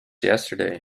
yesterday